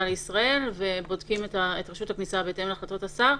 לישראל ובודקים את רשות הכניסה בהתאם להחלטות השר.